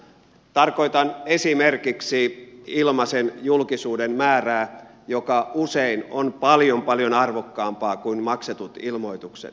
tarkoitan esimerkiksi ilmaisen julkisuuden määrää joka usein on paljon paljon arvokkaampaa kuin maksetut ilmoitukset